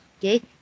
Okay